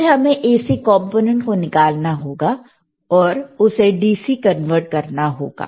फिर हमें AC component को निकालना होगा और उसे DC कन्वर्ट करना होगा